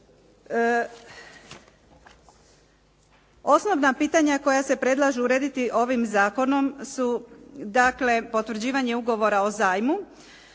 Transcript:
Osnovna pitanja koja se predlažu urediti ovim zakonom su dakle potvrđivanje ugovora o zajmu